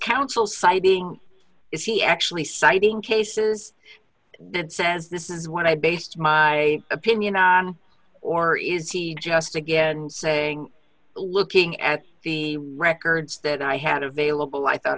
council fighting is he actually citing cases and says this is what i based my opinion on or is he just again saying looking at the records that i had available i thought